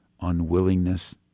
unwillingness